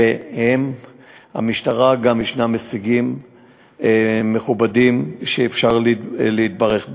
ולמשטרה גם יש הישגים מכובדים, שאפשר להתברך בהם.